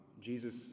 Jesus